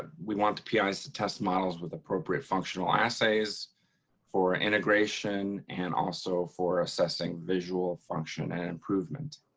and we want the pi's to test models with appropriate functional essays for integration and also for assessing visual function and improvement.